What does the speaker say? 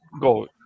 go